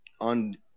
on